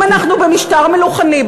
אם אנחנו במשטר מלוכני,